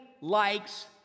likes